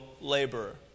laborer